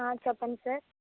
ఆ చెప్పండి సార్